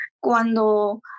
cuando